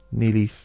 nearly